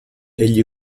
egli